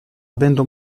avendo